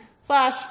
Slash